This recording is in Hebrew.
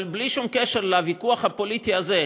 אבל בלי שום קשר לוויכוח הפוליטי הזה,